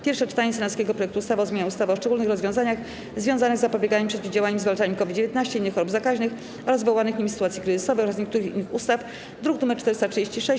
Pierwsze czytanie senackiego projektu ustawy o zmianie ustawy o szczególnych rozwiązaniach związanych z zapobieganiem, przeciwdziałaniem i zwalczaniem COVID-19, innych chorób zakaźnych oraz wywołanych nimi sytuacji kryzysowych oraz niektórych innych ustaw, druk nr 436,